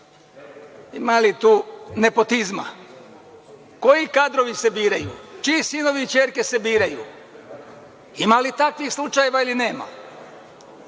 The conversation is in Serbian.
ima li tu nepotizma? Koji kadrovi se biraju? Čiji sinovi i ćerke se biraju? Ima li takvih slučajeva ili nema?